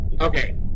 okay